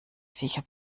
sicher